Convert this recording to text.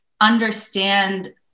understand